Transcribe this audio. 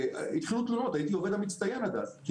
התחילו תלונות הייתי עד אז עובד מצטיין,